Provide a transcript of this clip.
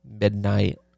Midnight